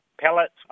pellets